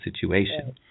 situation